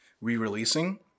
re-releasing